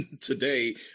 Today